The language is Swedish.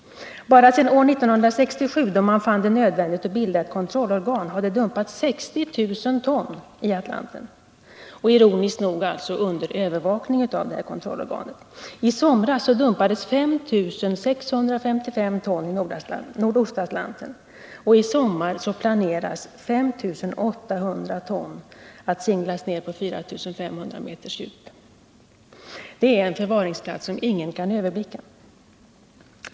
Bara sedan år 1967, då man fann det nödvändigt att bilda ett kontrollorgan, har det dumpats 60 000 ton i Atlanten — ironiskt nog under övervakning av det här kontrollorganet. I somras dumpades 5 655 ton i Nordostatlanten, och i sommar planeras 5 800 ton att singlas ner på 4 500 meters djup. Det är en förvaringsplats som ingen kan överblicka.